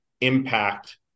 impact